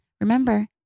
Remember